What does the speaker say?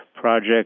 project